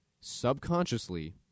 subconsciously